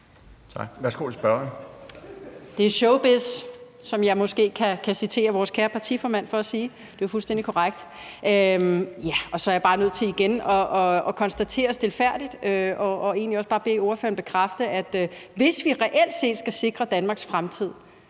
Mette Thiesen (DF): Det er showbiz, hvilket jeg måske kan citere vores kære partiformand for at sige. Det er jo fuldstændig korrekt. Så er jeg bare nødt til igen stilfærdigt at bede ordføreren bekræfte, at hvis vi reelt set skal sikre Danmarks fremtid,